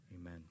Amen